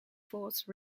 force